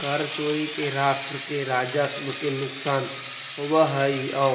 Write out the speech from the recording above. कर चोरी से राष्ट्र के राजस्व के नुकसान होवऽ हई औ